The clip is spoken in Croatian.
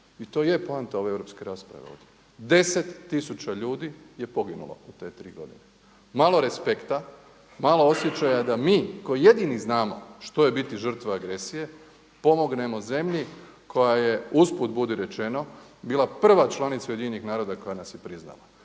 I to je poanta ove europske rasprave ovdje. 10 tisuća ljudi je poginulo u te tri godine. Malo respekta, malo osjećaja da mi koji jedini znamo što je biti žrtva agresije, pomognemo zemlji koja je uz put budi rečeno bila prva članica UN-a koja nas je priznala.